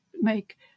make